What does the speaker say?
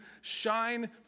shine